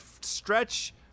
stretch